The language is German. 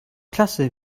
klasse